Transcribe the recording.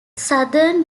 southern